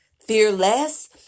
fearless